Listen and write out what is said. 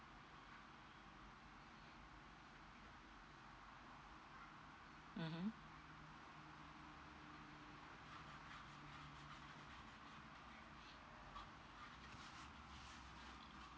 mmhmm